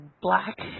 Black